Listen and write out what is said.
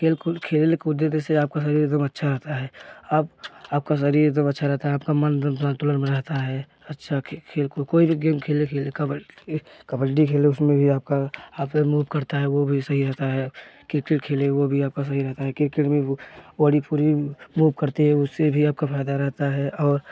खेल कूद खेल कूदे वूदे से आपका शरीर एक दम अच्छा रहता है अब आपका शरीर एक दम अच्छा रहता है आपका मन मानसिक संतुलन बना रहता है अच्छा खेल को कोई भी गेम खेले खेले कबड्डी कबड्डी खेलों उसमें भी आपका हाथ पैर मूव करता है वह भी सही रहता है क्रिकेट खेले वह भी आपका सही रहता है क्रिकेट में वह बॉडी पूरी मूव करती है उससे भी आपका फ़ायदा रहता है और